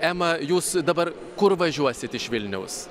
ema jūs dabar kur važiuosit iš vilniaus